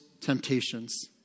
temptations